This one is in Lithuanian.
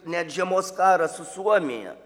net žiemos karas su suomija